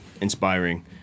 inspiring